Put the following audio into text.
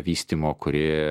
vystymo kuri